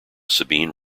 sabine